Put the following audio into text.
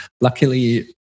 luckily